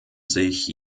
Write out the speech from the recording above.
sich